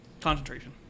Concentration